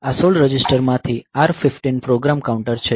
આ 16 રજીસ્ટર માથી R 15 program counter છે